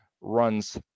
runs